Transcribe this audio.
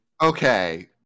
Okay